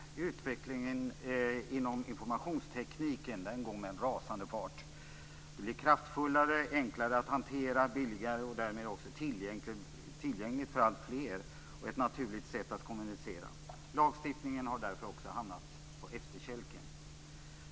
Herr talman! Utvecklingen inom informationstekniken går med en rasande fart. Den blir kraftfullare, enklare att hantera, billigare och därmed också tillgänglig för alltfler och ett naturligt sätt att kommunicera. Lagstiftningen har därför också hamnat på efterkälken.